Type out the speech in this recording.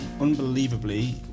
unbelievably